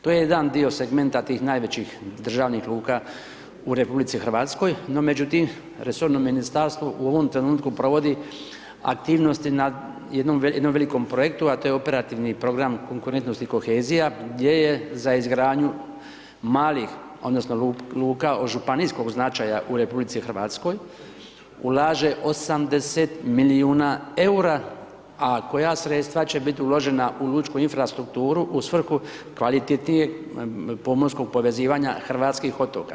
To je jedan dio segmenta tih najvećih državnih luka u RH, no međutim, resorno ministarstvo u ovom trenutku provodi aktivnosti nad jednom velikom projektu, a to je Operativni program konkurentnosti kohezija, gdje je za izgradnju malih odnosno luka od županijskog značaja u RH, ulaže 80 milijuna eura, a koja sredstva će biti uložena u lučku infrastrukturu u svrhu kvalitetnijeg pomorskog povezivanja hrvatskih otoka.